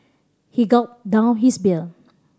he gulped down his beer